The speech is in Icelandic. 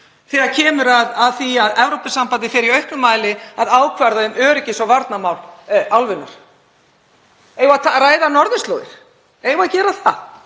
þegar kemur að því að Evrópusambandið fari í auknum mæli að ákvarða um öryggis- og varnarmál álfunnar. Eigum við að ræða norðurslóðir? Eigum við að gera það?